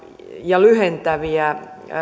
ja lyhentäviä